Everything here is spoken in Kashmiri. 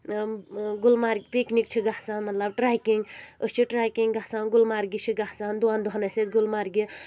گلمرگ پِکنِک چھِ گژھان مطلب ٹریکنگ أسۍ چھِ ٹریکنگ گژھان گُلمرگہِ چھِ گژھان دۄن دۄہن ٲسۍ أسۍ گُلمرگہِ